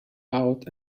out